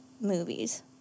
movies